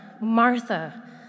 Martha